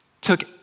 took